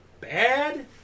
bad